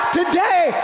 today